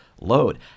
load